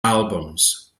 albums